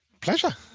pleasure